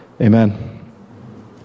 Amen